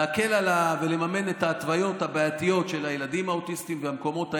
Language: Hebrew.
להקל ולממן את ההתוויות הבעייתיות של הילדים האוטיסטים והמקומות האלה.